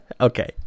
Okay